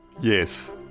Yes